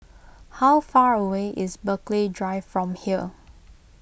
how far away is Burghley Drive from here